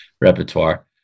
repertoire